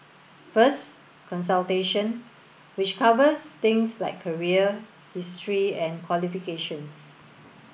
first consultation which covers things like career history and qualifications